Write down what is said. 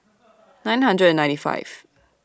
nine hundred and ninety five